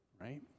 right